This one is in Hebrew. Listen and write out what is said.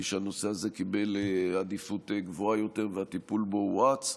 שהנושא הזה קיבל עדיפות גבוהה יותר והטיפול בו הואץ.